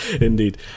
Indeed